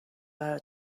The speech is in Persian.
برا